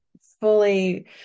fully